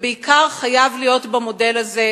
ובעיקר חייב להיות במודל הזה,